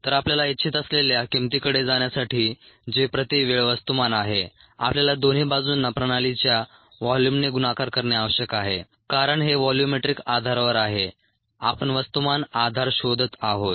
तर आपल्याला इच्छित असलेल्या किंमतीकडे जाण्यासाठी जे प्रति वेळ वस्तुमान आहे आपल्याला दोन्ही बाजूंना प्रणालीच्या व्हॉल्यूमने गुणाकार करणे आवश्यक आहे कारण हे व्हॉल्यूमेट्रिक आधारावर आहे आपण वस्तुमान आधार शोधत आहोत